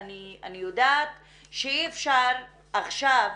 אני יודעת שאי אפשר עכשיו